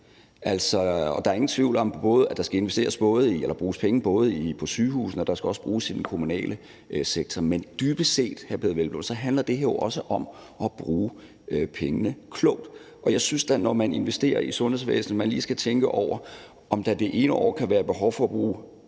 Der er ingen tvivl om, at der både skal bruges penge på sygehusene og i den kommunale sektor, men dybest set, hr. Peder Hvelplund, handler det her jo også om at bruge pengene klogt. Jeg synes da, at når man investerer i sundhedsvæsenet, skal man lige tænke over, om der for det ene år kan være behov for at bruge